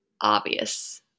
obvious